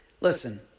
Listen